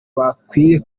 bakwiye